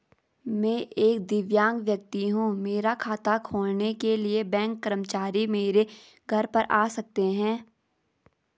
मैं एक दिव्यांग व्यक्ति हूँ मेरा खाता खोलने के लिए बैंक कर्मचारी मेरे घर पर आ सकते हैं?